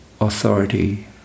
authority